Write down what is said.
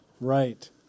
Right